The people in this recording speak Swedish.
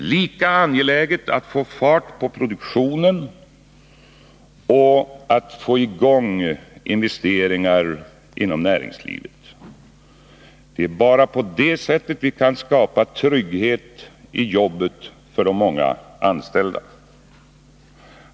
Lika angeläget är det att få fart på produktion och investeringar i näringslivet. Det är bara på det sättet som vi kan skapa trygghet i jobbet för de många anställda.